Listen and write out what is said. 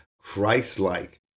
Christ-like